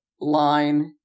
line